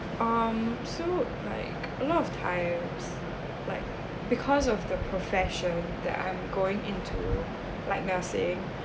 um so like a lot of times like because of the professions that I'm going into like nursing